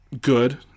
good